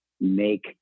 make